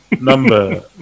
Number